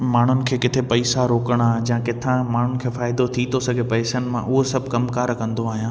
माण्हुनि खे किथे पैसा रोकणा जा किथा माण्हुनि खे फ़ाइदो थी थो सघे पियो पैसनि मां उहे सभु कमुकार कंदो आहियां